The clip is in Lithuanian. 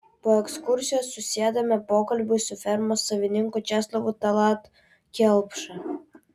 po ekskursijos susėdame pokalbiui su fermos savininku česlovu tallat kelpša